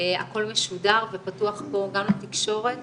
הכול משודר ופתוח פה גם לתקשורת